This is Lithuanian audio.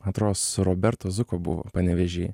man atrodo su robertu zuku buvo panevėžy